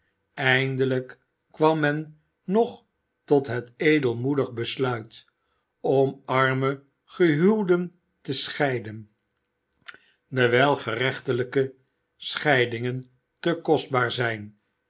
eindelijk kwam men nog tot het edelmoedig besluit om arme gehuwden te scheiden dewijl gerechtelijke scheidingen te kostbaar zijn